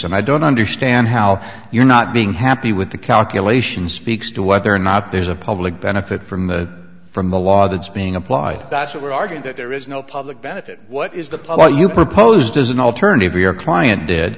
and i don't understand how you're not being happy with the calculations speaks to whether or not there's a public benefit from the from the law that's being applied that's what we're arguing that there is no public benefit what is the power you proposed as an alternative your client did